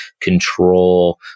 control